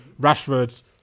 Rashford